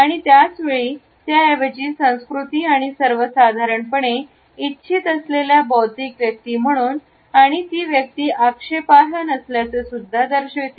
आणि त्याचवेळी त्याऐवजी संस्कृती आणि सर्वसाधारणपणे इच्छित असलेल्या बौद्धिक व्यक्ती म्हणून आणि ती व्यक्ती आक्षेपार्ह नसल्याचे दर्शवते